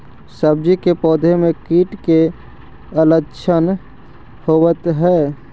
सब्जी के पौधो मे कीट के लच्छन होबहय?